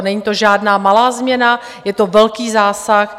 Není to žádná malá změna, je to velký zásah.